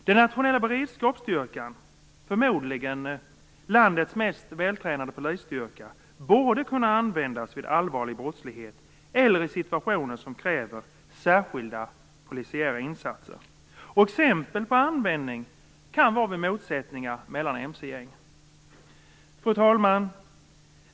Den nationella beredskapsstyrkan - förmodligen landets mest vältränade polisstyrka - borde kunna användas vid allvarlig brottslighet eller i situationer som kräver särskilda polisiära insatser. Exempel på användning är vid motsättningar mellan mc-gäng. Fru talman!